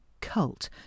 cult